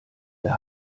der